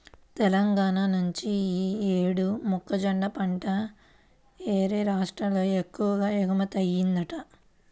తెలంగాణా నుంచి యీ యేడు మొక్కజొన్న పంట యేరే రాష్ట్రాలకు ఎక్కువగా ఎగుమతయ్యిందంట